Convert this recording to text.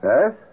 Yes